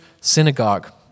synagogue